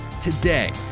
Today